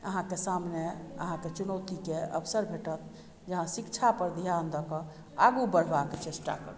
अहाँके सामने अहाँके चुनौती के अवसर भेटत जे अहाँ शिक्षा पर ध्यान दऽ के आगू बढ़बा के चेष्टा करू